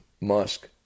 Musk